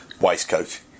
waistcoat